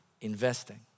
investing